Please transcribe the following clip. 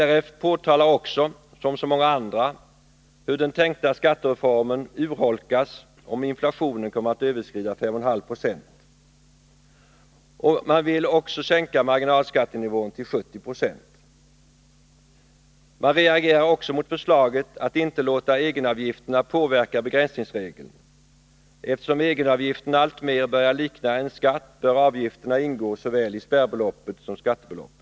LRF påtalar också — som så många andra — hur den tänkta skattereformen urholkas, om inflationen kommer att överskrida 5,5 26, och vill också sänka marginalskattenivån till 70 26. Man reagerar också mot förslaget att inte låta egenavgifterna påverka begränsningsregeln. Eftersom egenavgifterna alltmer börjar likna en skatt, bör avgifterna ingå såväl i spärrbeloppet som i skattebeloppet.